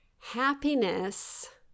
Happiness